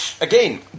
again